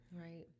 Right